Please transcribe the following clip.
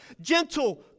gentle